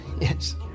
Yes